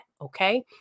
okay